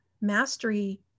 mastery